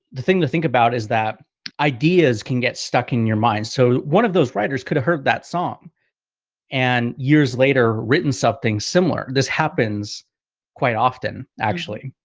the thing to think about is that ideas can get stuck in your mind. so one of those writers could have heard that song and years later written something similar, this happens quite often, actually.